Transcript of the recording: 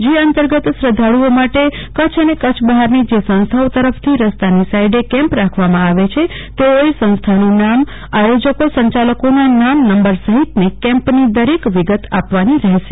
જે અંતર્ગત શ્રધ્ધાળુઓ માટે કચ્છ અને કચ્છ બહારની જે સંસ્થાઓ તરફથી રસ્તાની સાઇડે કેમ્પ રાખવામાં આવે છે તેઓએ સંસ્થાનું નામ આયોજકો આયોજકોના નામનંબર સહતિની કેમ્પની દરેક વગિત આપવાની રહેશે